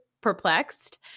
perplexed